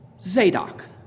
Zadok